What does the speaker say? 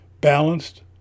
Balanced